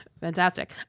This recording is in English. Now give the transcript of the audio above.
Fantastic